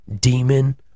demon